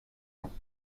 ans